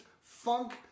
funk